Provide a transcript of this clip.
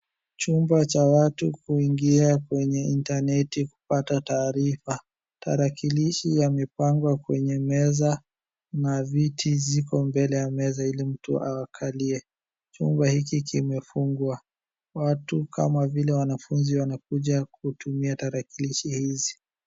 Chumba cha watu kuingia kwenye intaneti kupata taarifa, tarakilisha yamepangwa kwenye meza na viti ziko mbele ya meza ili mtu akalie. Chumba hiki kimefungwa. Watu kama vile wanafunzi wanakuja kutumia tarakilishi hizi.